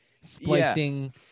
splicing